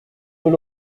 nous